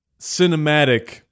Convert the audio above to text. cinematic